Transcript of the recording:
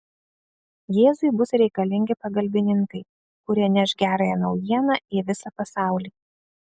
jėzui bus reikalingi pagalbininkai kurie neš gerąją naujieną į visą pasaulį